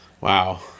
wow